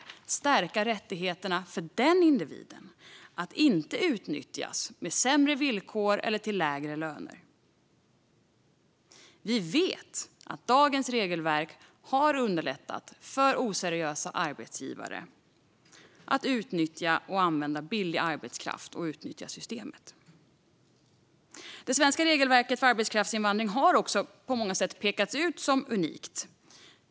Det handlar om att stärka rättigheterna för individen att inte utnyttjas genom sämre villkor eller lägre lön. Vi vet att dagens regelverk har underlättat för oseriösa arbetsgivare att använda billig arbetskraft och utnyttja systemet. Det svenska regelverket för arbetskraftsinvandring har också på många sätt pekats ut som unikt.